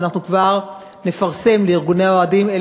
ואנחנו נפרסם לארגוני האוהדים קול קורא,